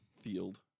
field